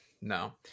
No